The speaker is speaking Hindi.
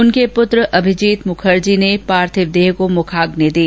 उनके पूत्र अभिजीत मुखर्जी ने पार्थिव देह को मुखाग्नि दी